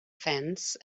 fence